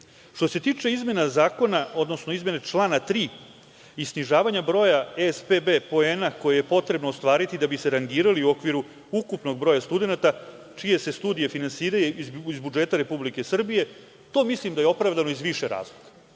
se tiče izmena zakona, odnosno izmene člana 3. i snižavanja broja spb poena koje je potrebno ostvariti da bi se rangirali u okviru ukupnog broja studenata čije se studije finansiraju iz budžeta Republike Srbije to mislim da je opravdano iz više razloga. Prvi